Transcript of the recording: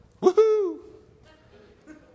Woo-hoo